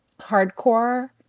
hardcore